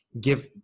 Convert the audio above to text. give